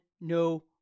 No